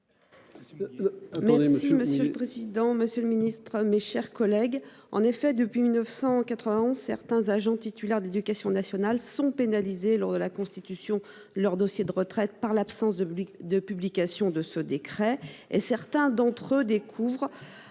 Merci monsieur le président, Monsieur le Ministre, mes chers collègues. En effet depuis 1991 certains agents titulaires de l'Éducation nationale sont pénalisés lors de la. Leur dossier de retraite par l'absence de de publication de ce décret et certains d'entre eux découvrent.